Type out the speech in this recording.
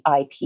IP